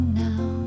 now